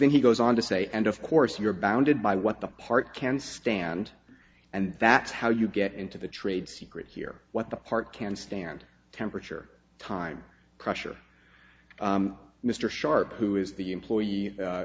then he goes on to say and of course you're bounded by what the part can stand and that's how you get into the trade secret here what the part can stand temperature time pressure mr sharp who is the employee